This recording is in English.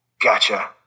Gotcha